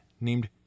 named